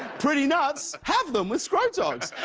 pretty nuts? have them, with scrotox